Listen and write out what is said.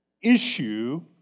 issue